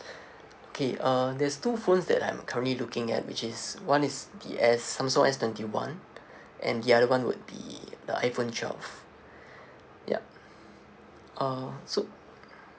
okay uh there's two phones that I'm currently looking at which is one is the S samsung S twenty one and the other one would be the iphone twelve yup uh so